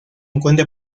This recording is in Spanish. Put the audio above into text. encuentra